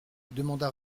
demanda